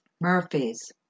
Murphy's